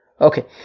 Okay